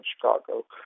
Chicago